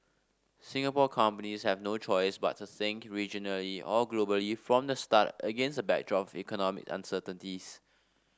Singapore companies have no choice but to think regionally or globally from the start against a backdrop of economic uncertainties